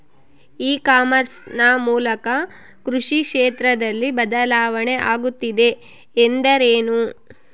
E commerce ನ ಮೂಲಕ ಕೃಷಿ ಕ್ಷೇತ್ರದಲ್ಲಿ ಬದಲಾವಣೆ ಆಗುತ್ತಿದೆ ಎಂದರೆ ಏನು?